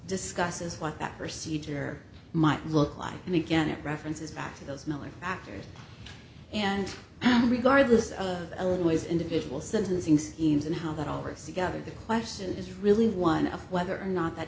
discusses what that procedure might look like and again it references back to those miller actors and regardless of the illinois individual sentencing schemes and how that oversee gathered the question is really one of whether or not that